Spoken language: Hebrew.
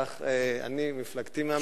כך אני ומפלגתי מאמינים,